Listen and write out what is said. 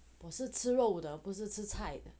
我是吃肉的不是吃菜的